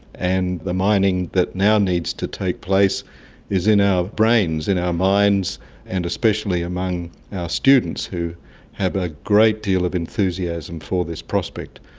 and the mining that now needs to take place is in our brains, in our minds and especially among our students who have a great deal of enthusiasm for this prospect.